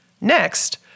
Next